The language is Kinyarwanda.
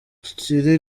kiri